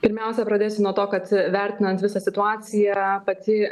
pirmiausia pradėsiu nuo to kad vertinant visą situaciją pati